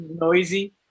noisy